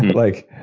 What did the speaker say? like,